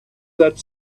that